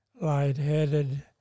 lightheaded